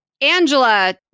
Angela